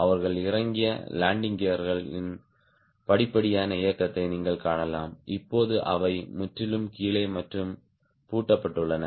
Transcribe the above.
அவர்கள் இறங்கிய லேண்டிங் கியர்களின் படிப்படியான இயக்கத்தை நீங்கள் காணலாம் இப்போது அவை முற்றிலும் கீழே மற்றும் பூட்டப்பட்டுள்ளன